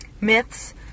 myths